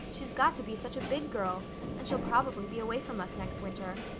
she's got to be such a big girl and she'll probably be away from us next winter.